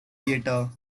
theater